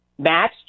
match